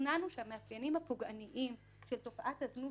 שהמאפיינים הפוגעניים של תופעת הזנות